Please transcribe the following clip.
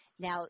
Now